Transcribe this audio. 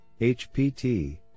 hpt